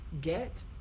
get